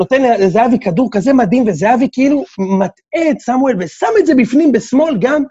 נותן לזהבי כדור כזה מדהים, וזהבי כאילו מטעה את סמואל, ושם את זה בפנים, בשמאל גם.